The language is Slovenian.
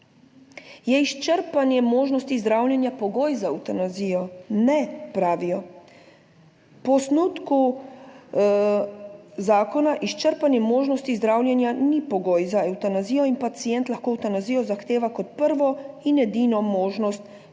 Je izčrpanje možnosti zdravljenja pogoj za evtanazijo? Ne, pravijo. Po osnutku zakona izčrpanje možnosti zdravljenja ni pogoj za evtanazijo in pacient lahko evtanazijo zahteva kot prvo in edino možnost za končanje